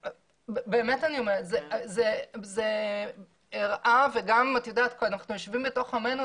באמת אני אומרת, אנחנו יושבים בתוך עמנו,